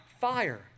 fire